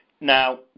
now